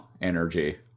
energy